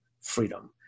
freedom